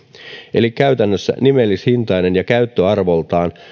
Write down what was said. eli käytännössä nimellishintainen ja käyttöarvoltaan